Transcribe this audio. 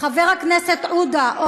חבר הכנסת עודה,